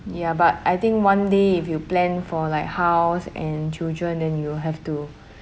ya but I think one day if you plan for like house and children then you'll have to